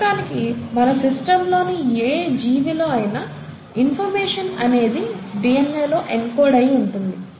ప్రస్తుతానికి మన సిస్టం లో ఏ జీవిలో అయినా ఇన్ఫర్మేషన్ అనేది DNAలో ఎన్కోడ్ అయ్యి ఉంటుంది